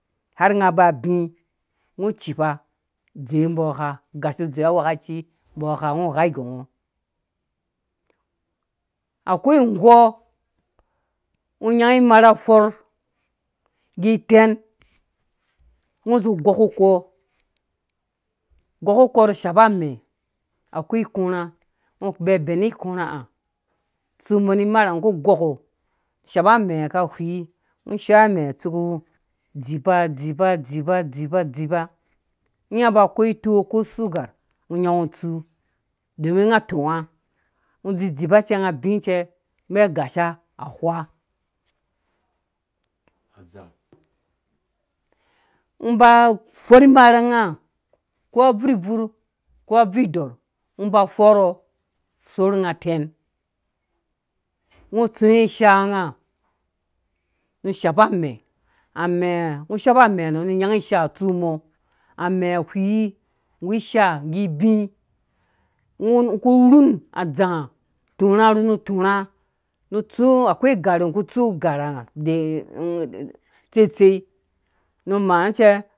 Har nga ba bi ng cipa dzowe mbɔ gha gashu azowe awkaci mbɔ gha ngɔ gha gangɔ akwai ungɔ ngɔ nyai imarha fɔr ge item ugozi gɔ ku kɔ gɔ nu kɔ nu shapa amɛ ba kwai ikurhã ngɔ bɛ bɛni ikurha he tsuwɔ ni imarha ngɔ ku gɔk kɔ shapa amɛ ka whii ngɔ shɔi amɛ tsu nu dzipa dzipa dzipa dzipa in nga ba akwai utɔɔ ko sugar ngɔ nyangu tsu domin nga tonga ngɔ dzipa ce nga bi cɛ mbi agasha a wha ngɔ ba fɔr imarha nga ko abvurbvur ko advurorh ngɔ ba fɔrhɔ sorh nga tɛng ngɔ tsu we ishaa nga nu shapa amɛ amɛha ngɔ shapa amɛ nu unyai ishaaha tsu mɔ amɛ whii nggu ishaa ngge ibi ngɔ ku rhun adzangha turha rhun nu turha nu tsu akwai garheha tsetsei maace.